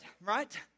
Right